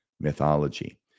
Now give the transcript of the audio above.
mythology